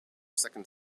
second